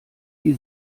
die